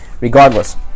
regardless